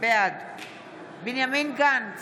בעד בנימין גנץ,